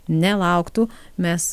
nelauktų mes